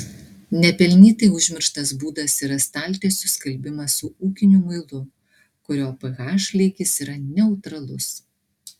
nepelnytai užmirštas būdas yra staltiesių skalbimas su ūkiniu muilu kurio ph lygis yra neutralus